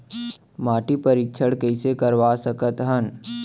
माटी परीक्षण कइसे करवा सकत हन?